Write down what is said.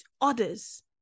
others